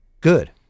good